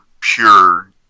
pure